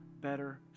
better